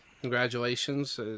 congratulations